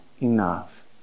enough